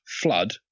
flood